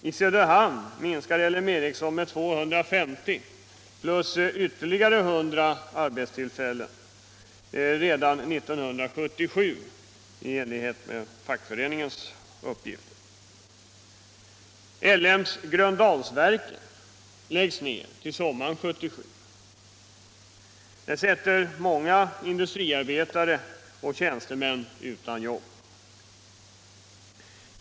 I Söderhamn minskar LM Erikesson personalen med 250 samt, enligt fackföreningens uppgifter, med ytterligare 100 redan år 1977. L M:s Gröndalsverken läggs ner till sommaren 1977. Det ställer många industriarbetare och tjänstemän utan jobb.